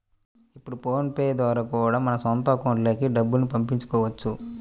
ఇప్పుడు PhonePe ద్వారా కూడా మన సొంత అకౌంట్లకి డబ్బుల్ని పంపించుకోవచ్చు